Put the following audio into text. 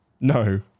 No